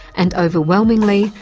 and overwhelmingly,